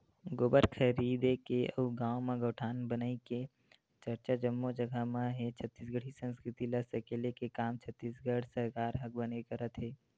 गोबर खरीदे के अउ गाँव म गौठान बनई के चरचा जम्मो जगा म हे छत्तीसगढ़ी संस्कृति ल सकेले के काम छत्तीसगढ़ सरकार ह बने करत हे